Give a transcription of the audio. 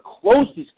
closest